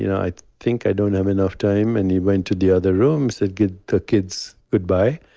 you know i think i don't have enough time. and he went to the other room, said, give the kids goodbye.